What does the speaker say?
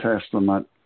Testament